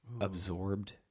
absorbed